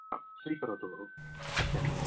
हा स्वीकरोतु पश्यन्तु